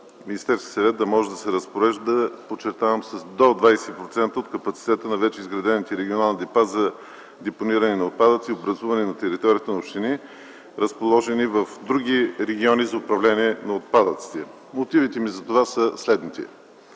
Министерския съвет да може да се разпорежда, подчертавам, с до 20% от капацитета на вече изградените регионални депа за депониране на отпадъци, образувани на територията на общини, разположени в други региони за управление на отпадъците. Мотивите ми за това са следните.